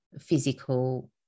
physical